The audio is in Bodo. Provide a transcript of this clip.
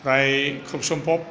फ्राय खुब सम्भब